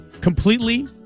completely